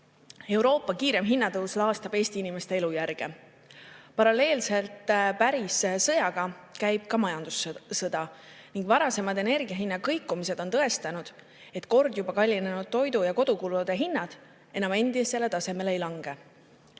Euroopa [üha] kiirem hinnatõus laastab Eesti inimeste elujärge. Paralleelselt pärissõjaga käib ka majandussõda ning varasemad energiahinna kõikumised on tõestanud, et kord juba kallinenud toidu- ja kodukulude hinnad enam endisele tasemele ei lange.